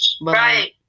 Right